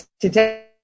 today